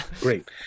great